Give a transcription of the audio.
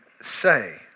say